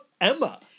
Emma